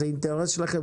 זה אינטרס שלכם.